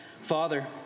Father